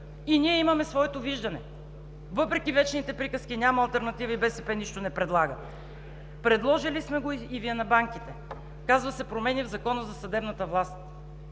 Ние имаме своето виждане, въпреки вечните приказки, че няма алтернатива, че БСП нищо не предлага. Предложили сме го и е на банките, казва се: промени в Закона за съдебната власт.